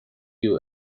you